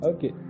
Okay